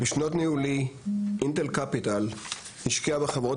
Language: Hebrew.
בשנות ניהולי אינטל קפיטל השקיעה בחברות